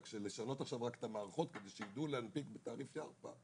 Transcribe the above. רק שלשנות עכשיו רק את המערכות כדי שידעו להנפיק בתעריף ירפא,